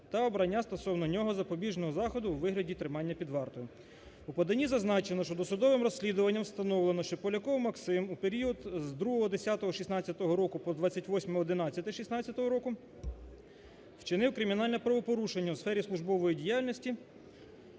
та обрання стосовно нього запобіжного заходу у вигляді тривання під вартою. У поданні зазначено, що досудовим розслідуванням встановлено, що Поляков Максим у період з 02.10.2016 року по 28.11.2016 року вчинив кримінальне правопорушення у сфері службової діяльності.